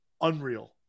Unreal